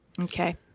Okay